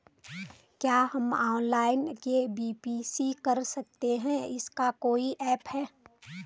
क्या हम online KYC कर सकते हैं इसका कोई ऐप है?